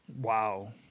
wow